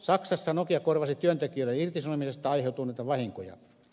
saksassa nokia korvasi työntekijöille irtisanomisesta aiheutuneita vahinkoja